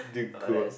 uh that is